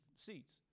seats